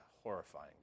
horrifying